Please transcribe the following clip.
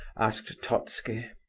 asked totski.